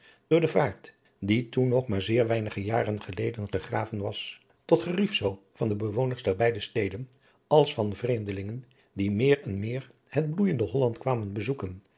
door de vaart die toen nog maar zeer weinige jaren geleden gegraven was tot gerijf zoo van de bewoners der beide steden als van vreemdelingen die meer en meer het bloeijende holland kwamen bezoeken